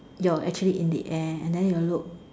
you're actually in the air and then you look